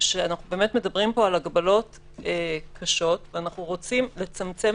אנחנו באמת מדברים פה על הגבלות קשות ואנחנו רוצים לצמצם